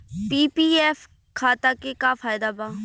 PPF खाता के का फायदा बा?